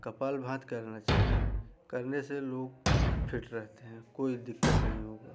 कपालभाति करना चाहिए करने से लोग फिट रहते हैं कोई दिक्कत नहीं होगा